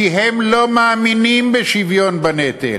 כי הם לא מאמינים בשוויון בנטל.